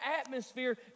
atmosphere